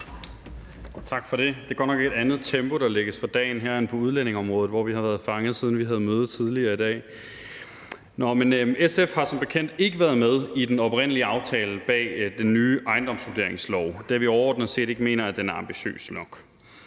Tak for det. Det er godt nok et andet tempo, der lægges for dagen her end på udlændingeområdet, hvor vi har været fanget, siden vi havde møde tidligere i dag. SF har som bekendt ikke været med i den oprindelige aftale bag den nye ejendomsvurderingslov, da vi overordnet set ikke mener, at den er ambitiøs nok.